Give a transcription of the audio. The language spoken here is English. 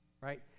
Right